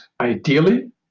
ideally